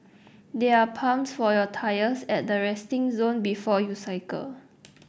there are pumps for your tyres at the resting zone before you cycle